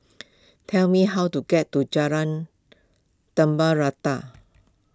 tell me how to get to Jalan Rata